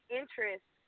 interest